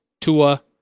Tua